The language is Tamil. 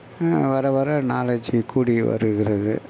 வர வர நாலேஜி கூடி வருகிறது